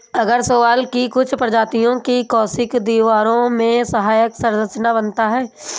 आगर शैवाल की कुछ प्रजातियों की कोशिका दीवारों में सहायक संरचना बनाता है